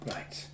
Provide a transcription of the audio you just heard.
Right